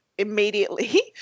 immediately